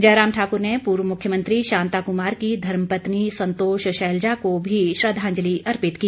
जयराम ठाकुर ने पूर्व मुख्यमंत्री शांता कुमार की धर्म पत्नी संतोष शैलजा को भी श्रद्वांजलि अर्पित की